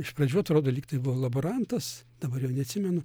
iš pradžių atrodo lyg tai buvau laborantas dabar jau neatsimenu